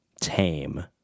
tame